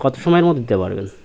কত সময়ের মধ্যে দিতে পারবেন